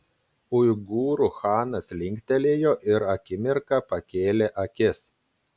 uigūrų chanas linktelėjo ir akimirką pakėlė akis